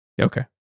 okay